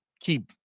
keep